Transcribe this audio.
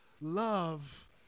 love